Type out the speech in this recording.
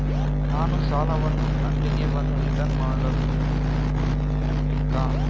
ನಾನು ಸಾಲವನ್ನು ಇಲ್ಲಿಗೆ ಬಂದು ರಿಟರ್ನ್ ಮಾಡ್ಬೇಕಾ?